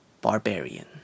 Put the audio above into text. Barbarian